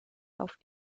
auf